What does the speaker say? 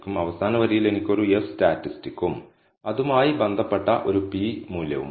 അവസാന വരിയിൽ എനിക്ക് ഒരു F സ്റ്റാറ്റിസ്റ്റിക്സും അതുമായി ബന്ധപ്പെട്ട ഒരു p വാല്യൂവും ഉണ്ട്